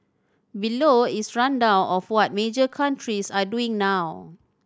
below is rundown of what major countries are doing now